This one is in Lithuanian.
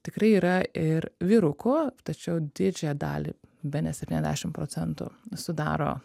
tikrai yra ir vyrukų tačiau didžiąją dalį bene septyniasdešim procentų sudaro